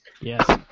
Yes